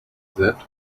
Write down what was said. that